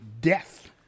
death